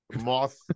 Moth